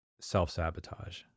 self-sabotage